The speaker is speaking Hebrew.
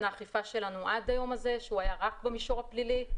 האכיפה שלנו עד היום הזה שהוא היה רק במישור הפלילי.